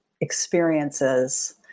experiences